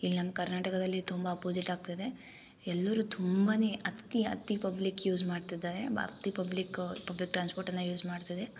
ಇಲ್ಲಿ ನಮ್ಮ ಕರ್ನಾಟಕದಲ್ಲಿ ತುಂಬ ಅಪೊಸಿಟ್ ಆಗ್ತಾಯಿದೆ ಎಲ್ಲರು ತುಂಬ ಅತಿ ಅತಿ ಪಬ್ಲಿಕ್ ಯೂಸ್ ಮಾಡ್ತಿದ್ದಾರೆ ಅತಿ ಪಬ್ಲಿಕ್ ಪಬ್ಲಿಕ್ ಟ್ರಾನ್ಸ್ಪೋರ್ಟನ್ನು ಯೂಸ್ ಮಾಡ್ತಾರೆ